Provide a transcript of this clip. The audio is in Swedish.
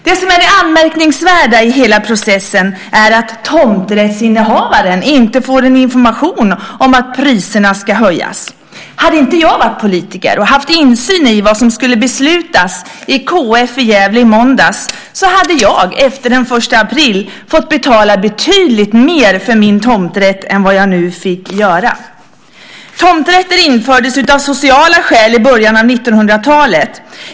Det anmärkningsvärda i hela processen är att tomträttsinnehavaren inte får information om att priserna ska höjas. Hade inte jag varit politiker och haft insyn i vad som skulle beslutas i kf i Gävle i måndags hade jag efter den 1 april fått betala betydligt mer för min tomträtt än vad jag nu fick göra. Tomträtter infördes av sociala skäl i början av 1900-talet.